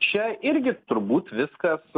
čia irgi turbūt viskas